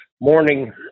Morning